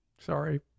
Sorry